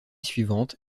suivante